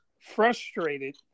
frustrated